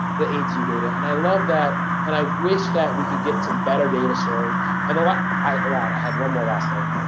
the aidsvu data, and i love that, and i wish that we could get some better data sharing and, like i lied, i had one more last thing.